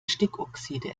stickoxide